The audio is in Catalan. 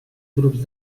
grups